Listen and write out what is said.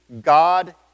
God